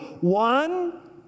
One